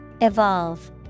Evolve